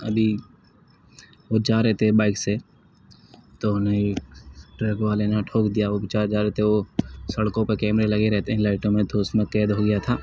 ابھی وہ جا رہے تھے بائک سے تو انہیں ایک ٹرک والے نے ٹھوک دیا وہ بے چارے جا رہے تھے وہ سڑکوں پہ کیمرہ لگے رہتے ہیں لائٹوں میں تو اس میں قید ہو گیا تھا